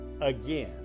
again